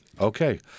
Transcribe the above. Okay